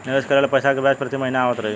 निवेश करल पैसा के ब्याज प्रति महीना आवत रही?